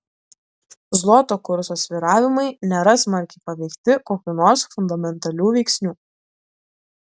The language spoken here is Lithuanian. zloto kurso svyravimai nėra smarkiai paveikti kokių nors fundamentalių veiksnių